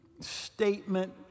statement